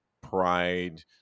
pride